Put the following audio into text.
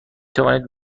توانید